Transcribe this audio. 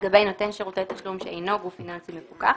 לגבי נותן שירותי תשלום שאינו גוף פיננסי מפוקח,